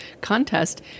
contest